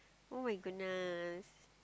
[oh]-my-goodness